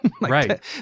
Right